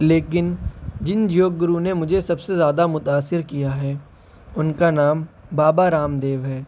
لیکن جن یوگ گرو نے مجھے سب سے زیادہ متاثر کیا ہے ان کا نام بابا رام دیو ہے